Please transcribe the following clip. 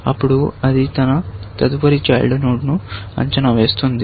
అప్పుడు అది తన తదుపరి చైల్డ్ నోడ్ ను అంచనా వేస్తుంది